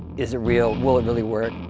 is it real will it really work?